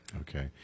Okay